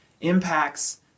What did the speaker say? impacts